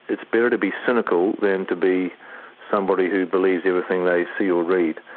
it's better to be cynical than to be somebody who believes everything they see or read,